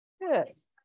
Yes